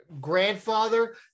grandfather